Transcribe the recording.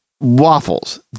Waffles